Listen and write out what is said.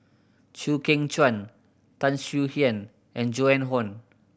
Chew Kheng Chuan Tan Swie Hian and Joan Hon